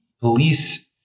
police